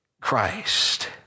Christ